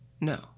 No